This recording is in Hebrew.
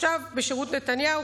עכשיו בשירות נתניהו,